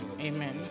Amen